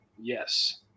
Yes